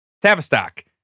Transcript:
Tavistock